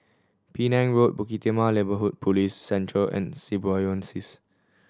Penang Road Bukit Timah Neighbourhood Police Centre and Symbiosis